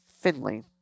Finley